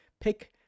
pick